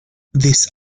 this